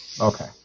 Okay